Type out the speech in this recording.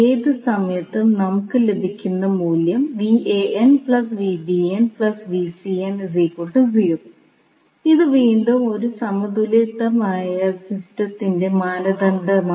ഏത് സമയത്തും നമുക്ക് ലഭിക്കുന്ന മൂല്യം ഇത് വീണ്ടും ഒരു സമതുലിതമായ സിസ്റ്റത്തിന്റെ മാനദണ്ഡമാണ്